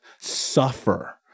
Suffer